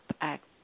act